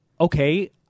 okay